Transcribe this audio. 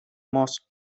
most